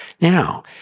Now